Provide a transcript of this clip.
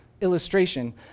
illustration